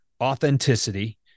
authenticity